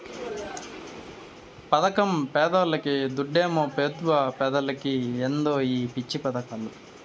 పదకం పేదోల్లకి, దుడ్డేమో పెబుత్వ పెద్దలకి ఏందో ఈ పిచ్చి పదకాలు